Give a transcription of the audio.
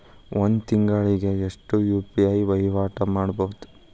ಒಂದ್ ತಿಂಗಳಿಗೆ ಎಷ್ಟ ಯು.ಪಿ.ಐ ವಹಿವಾಟ ಮಾಡಬೋದು?